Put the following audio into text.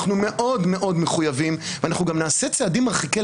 אנחנו מאוד מאוד מחויבים ואנחנו גם נעשה צעדים מרחיקי